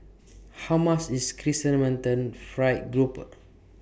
How much IS Chrysanthemum Fried Grouper